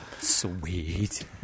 Sweet